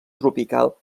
tropical